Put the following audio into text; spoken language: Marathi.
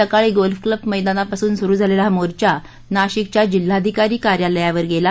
सकाळी गोल्फ क्लब मैदानापासून सुरू झालेला हा मोर्चा नाशिकच्या जिल्हाधिकारी कार्यालयावर गेला